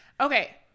Okay